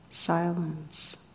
silence